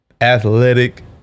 athletic